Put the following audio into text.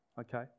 okay